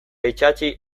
itsatsi